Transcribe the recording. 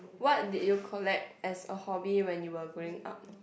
what did you collect as a hobby when you were growing up